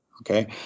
okay